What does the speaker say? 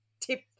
tip